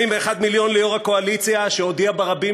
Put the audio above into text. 41 מיליון ליושב-ראש הקואליציה שהודיע ברבים